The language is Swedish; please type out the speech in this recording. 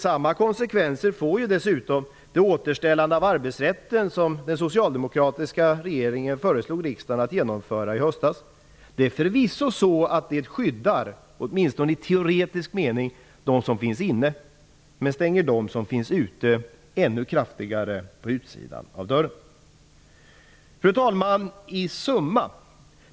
Samma konsekvenser får dessutom det återställande av arbetsrätten som den socialdemokratiska regeringen föreslog riksdagen att genomföra i höstas. Det är förvisso så att det åtminstone i teoretisk mening skyddar dem som finns inne men stänger dem som finns ute ännu kraftigare ute. Fru talman!